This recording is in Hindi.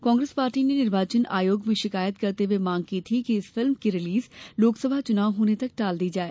कांग्रेस पार्टी ने निर्वाचन आयोग में शिकायत करते हुए मांग की थी कि इस फिल्म की रिलीज लोकसभा चुनाव होने तक टाल दी जाए